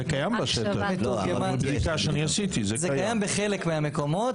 זה קיים בחלק מהמקומות,